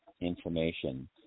information